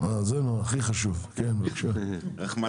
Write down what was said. החל מה-1